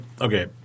okay